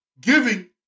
giving